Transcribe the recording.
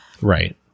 Right